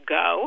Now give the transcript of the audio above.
go